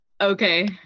Okay